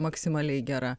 maksimaliai gera